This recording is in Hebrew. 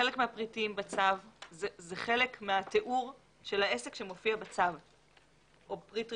חלק מהפריטים בצו הם חלק מהתיאור של העסק שמופיע בצו או פריט רישוי.